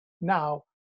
Now